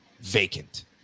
Vacant